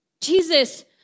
Jesus